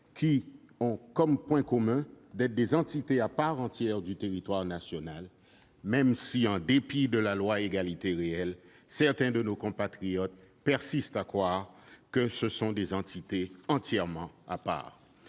qui ont comme point commun d'être des entités à part entière du territoire national, même si, en dépit de la loi pour l'égalité réelle outre-mer, certains de nos compatriotes persistent à croire que ce sont des entités entièrement à part.